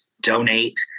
donate